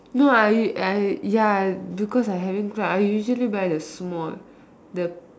no I I ya because I having flu I usually buy the small the